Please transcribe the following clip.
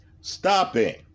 stopping